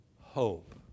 hope